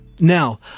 Now